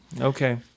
Okay